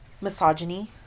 Misogyny